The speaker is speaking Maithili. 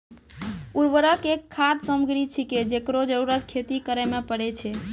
उर्वरक एक खाद सामग्री छिकै, जेकरो जरूरत खेती करै म परै छै